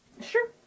Sure